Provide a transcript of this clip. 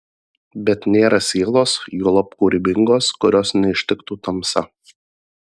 bet nėra sielos juolab kūrybingos kurios neištiktų tamsa